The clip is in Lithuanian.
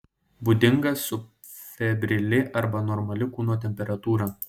būdinga subfebrili arba normali kūno temperatūra